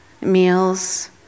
meals